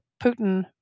Putin